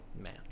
man